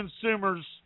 consumers